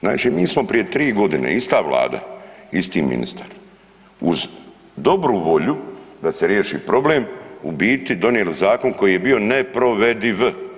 Znači mi smo prije tri godine, ista Vlada isti ministar uz dobru volju da se riješi problem u biti donijeli zakon koji je bio neprovediv.